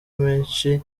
amenshi